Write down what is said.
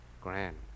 Grand